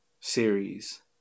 series